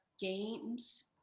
games